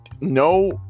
no